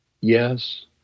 yes